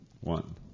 one